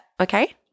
Okay